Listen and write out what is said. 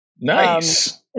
Nice